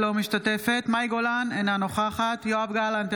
אינה משתתפת בהצבעה מאי גולן,